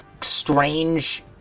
strange